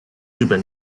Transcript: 日本